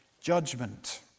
judgment